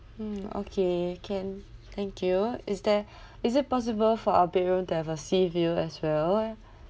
hmm okay can thank you is there is it possible for our bedroom to have a sea view as well